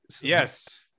Yes